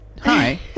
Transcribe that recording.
Hi